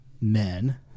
men